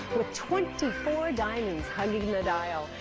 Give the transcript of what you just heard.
twenty four diamonds hugging the dial,